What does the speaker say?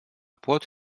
płot